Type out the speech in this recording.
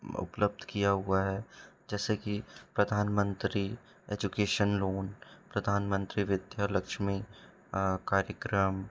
उपलब्ध किया हुआ है जैसे कि प्रधानमंत्री एजुकेशन लोन प्रधानमंत्री विद्यालक्ष्मी कार्यक्रम